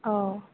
अ